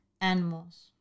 animals